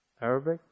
Arabic